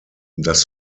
das